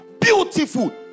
Beautiful